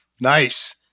Nice